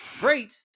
great